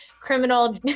criminal